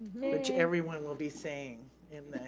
which everyone will be saying in